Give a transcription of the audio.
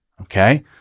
okay